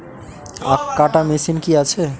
আখ কাটা মেশিন কি আছে?